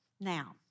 Now